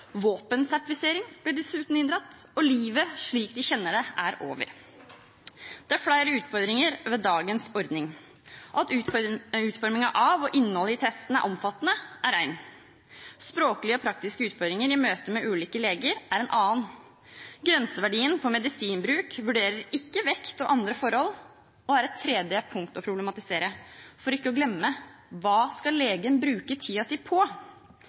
Våpensertifisering blir dessuten inndratt. Livet slik de kjenner det, er over. Det er flere utfordringer ved dagens ordning. At utformingen av og innholdet i testene er omfattende, er én, språklige og praktiske utfordringer i møtet med ulike leger er en annen. Grenseverdiene for medisinbruk vurderer ikke vekt og andre forhold, som er et tredje punkt å problematisere. For ikke å glemme: Hva skal legen bruke tiden sin på?